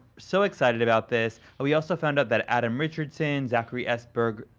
so excited about this. and we also found out that adam richardson, zachary s. berger,